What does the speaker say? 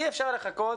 אי אפשר לחכות